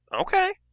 Okay